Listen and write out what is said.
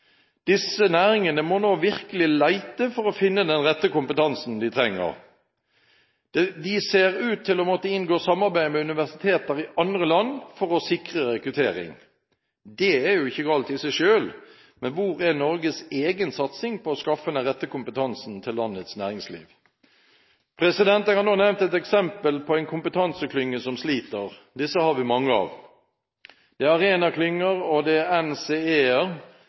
Disse næringene må nå virkelig lete for å finne den kompetansen de trenger. De ser ut til å måtte inngå samarbeid med universiteter i andre land for å sikre rekruttering. Dét er jo ikke galt i seg selv, men hvor er Norges egen satsing på å skaffe den rette kompetansen til landets næringsliv? Jeg har nå nevnt et eksempel på en kompetanseklynge som sliter. Disse har vi mange av. Det er Arena-klynger og det er